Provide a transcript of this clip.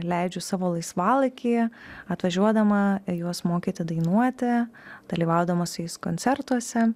leidžiu savo laisvalaikį atvažiuodama juos mokyti dainuoti dalyvaudama su jais koncertuose